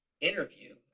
interview